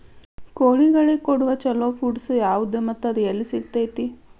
ಕೋಳಿಗಳಿಗೆ ಕೊಡುವ ಛಲೋ ಪಿಡ್ಸ್ ಯಾವದ ಮತ್ತ ಅದ ಎಲ್ಲಿ ಸಿಗತೇತಿ?